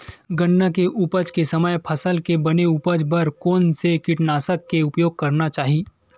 गन्ना के उपज के समय फसल के बने उपज बर कोन से कीटनाशक के उपयोग करना चाहि?